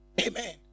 Amen